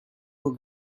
will